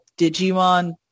Digimon